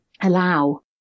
allow